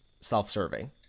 self-serving